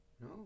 No